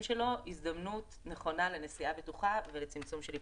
שלו הזדמנות נכונה לנסיעה בטוחה ולצמצום של היפגעות.